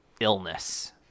illness